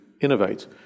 innovate